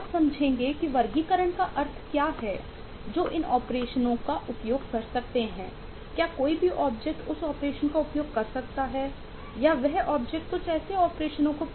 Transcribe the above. विशेष रूप से object design को करना है आदि